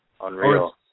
unreal